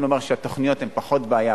בואי נאמר שהתוכניות הן פחות בעיה,